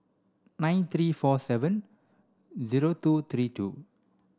nine three four seven zero two three two